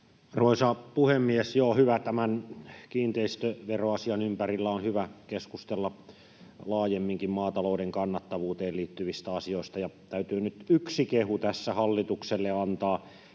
Arvoisa puhemies! Joo, tämän kiinteistöveroasian ympärillä on hyvä keskustella laajemminkin maatalouden kannattavuuteen liittyvistä asioista. Täytyy nyt yksi kehu tässä hallitukselle antaa: